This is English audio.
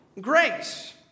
grace